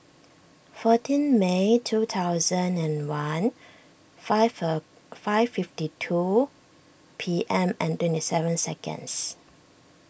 fourteen May two thousand and one five a five fifty two P M and twenty seven seconds